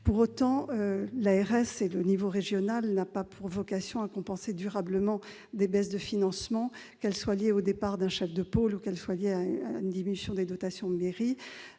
Pour autant, l'ARS et le niveau régional n'ont pas vocation à compenser durablement des baisses de financement, qu'elles soient liées au départ d'un chef de pôle ou à une diminution des dotations MERRI.